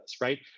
right